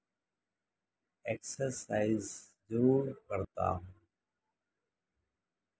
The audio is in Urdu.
ایکسرسائز ضرور کرتا ہوں